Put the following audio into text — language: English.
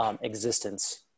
existence